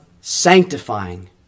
sanctifying